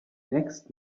next